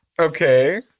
Okay